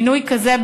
מינוי כזה,